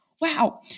wow